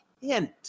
hint